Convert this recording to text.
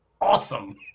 awesome